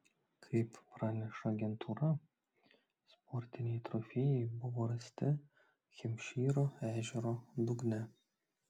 kaip praneša agentūra sportiniai trofėjai buvo rasti hempšyro ežero dugne